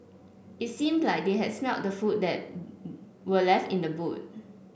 it seemed like they had smelt the food that were left in the boot